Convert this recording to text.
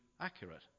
accurate